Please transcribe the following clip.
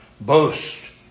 boast